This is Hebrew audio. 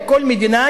או כל מדינה,